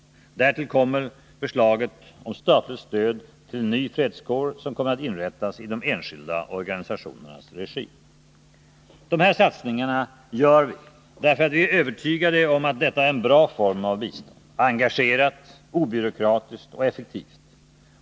Därtill kommer förslaget om statligt stöd till en ny fredskår, som kommer att inrättas i de enskilda organisationernas regi. Dessa satsningar gör vi därför att vi är övertygade om att detta är en bra form av bistånd — engagerat, obyråkratiskt och effektivt.